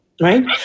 Right